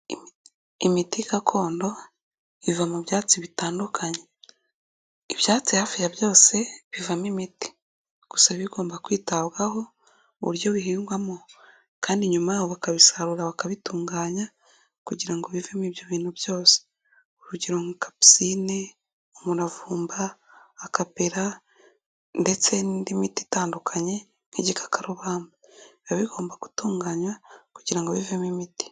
Imiti gakondo iva mu byatsi bitandukanye. Ibyatsi hafi ya byose bivamo imiti. Gusa biba bigomba kwitabwaho mu buryo bihingwamo, kandi nyuma yabo bakabisarura bakabitunganya kugira ngo bivemo ibyo bintu byose. Urugero nka capusine, umuravumba, akapera ndetse n'indi miti itandukanye, nk'igikakarubamba. Biba bigomba gutunganywa kugira bivemo imiti.